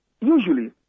usually